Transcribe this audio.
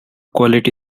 quality